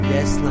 Yes